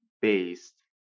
based